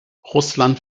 russland